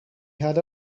had